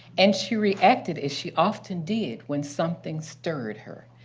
and she reacted as she often did when something stirred her.